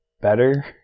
better